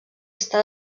està